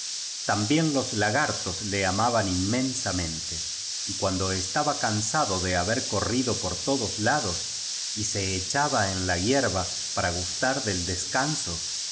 también los lagartos le amaban inmensamente y cuando estaba cansado de haber corrido por todos lados y se echaba en la hierba para gustar del descanso